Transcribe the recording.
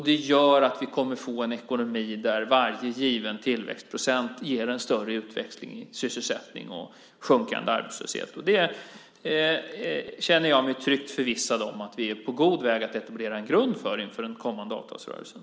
Det gör att vi kommer att få en ekonomi där varje given tillväxtprocent ger en större utväxling i sysselsättning och sjunkande arbetslöshet. Det känner jag mig tryggt förvissad om att vi är på god väg att etablera en grund för inför den kommande avtalsrörelsen.